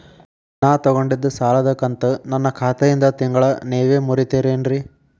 ನಾ ತೊಗೊಂಡಿದ್ದ ಸಾಲದ ಕಂತು ನನ್ನ ಖಾತೆಯಿಂದ ತಿಂಗಳಾ ನೇವ್ ಮುರೇತೇರೇನ್ರೇ?